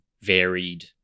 varied